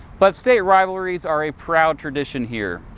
but state rivalries are a proud tradition here.